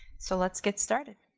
so let's get started.